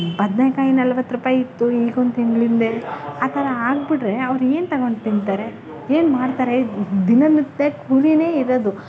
ಬದನೇಕಾಯಿ ನಲ್ವತ್ತು ರೂಪಾಯಿ ಇತ್ತು ಈಗ ಒಂದು ತಿಂಗಳಿಂದೆ ಆ ಥರ ಆಗಿಬಿಟ್ಟರೆ ಅವ್ರೇನು ತಗೊಂಡು ತಿಂತಾರೆ ಏನು ಮಾಡ್ತಾರೆ ದಿನನಿತ್ಯ ಕೂಲಿಯೇ ಇರೋದು